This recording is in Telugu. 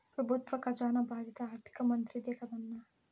పెబుత్వ కజానా బాధ్యత ఆర్థిక మంత్రిదే కదన్నా